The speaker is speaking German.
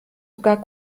sogar